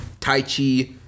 taichi